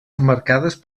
emmarcades